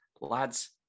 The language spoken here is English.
Lads